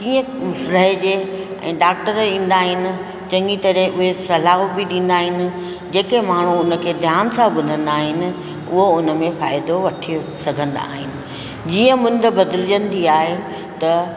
कीअं रहिजे ऐं डॉक्टर ईंदा आहिनि चङी तरह उहे सलाहूं बि ॾींदा आहिनि जेके माण्हू हुनखे ध्यान सां ॿुधंदा आहिनि उहो हुन में फ़ाइदो वठी सघंदा आहिनि जीअं मूंद बदिलजंदी आहे त